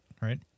right